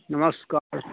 नमस्कार